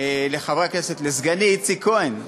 לחברי הכנסת, לסגני איציק כהן.